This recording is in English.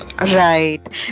Right